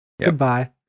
Goodbye